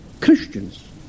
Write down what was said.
Christians